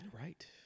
Right